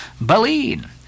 baleen